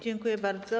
Dziękuję bardzo.